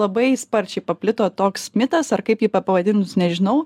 labai sparčiai paplito toks mitas ar kaip jį bepavadinus nežinau